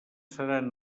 seran